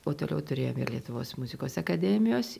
o toliau turėjome ir lietuvos muzikos akademijos